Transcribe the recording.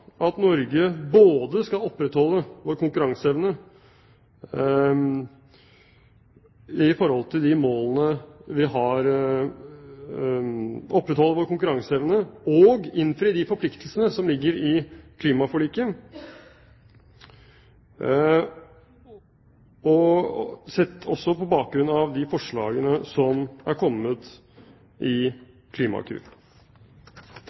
at Norge både skal opprettholde vår konkurranseevne og innfri de forpliktelsene som ligger i klimaforliket, også på bakgrunn av de forslagene som er kommet